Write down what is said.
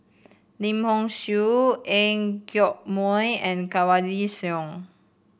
Lim Hock Siew Ang Yoke Mooi and Kanwaljit Soin